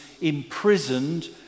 imprisoned